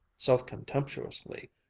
self-contemptuously,